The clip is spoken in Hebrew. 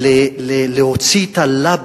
להוציא את הלבה